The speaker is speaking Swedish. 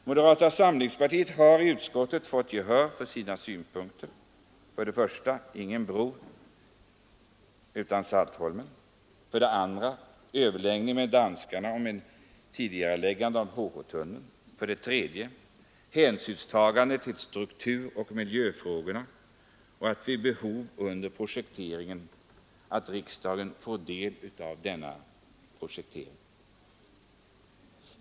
Moderata samlingspartiet har i utskottet fått gehör för sina synpunkter. För det första: Ingen bro utan Saltholm. För det andra: Överläggningar med danskarna om ett tidigareläggande av HH-tunneln. För det tredje: Hänsynstagande till strukturoch miljöfrågorna och möjlighet för riksdagen att vid behov under projekteringen få ta del av denna.